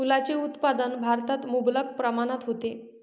फुलांचे उत्पादन भारतात मुबलक प्रमाणात होते